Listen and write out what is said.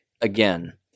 Again